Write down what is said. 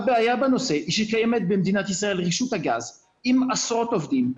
הבעיה בנושא שקיימת במדינת ישראל רשות הגז עם עשרות עובדים,